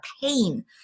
pain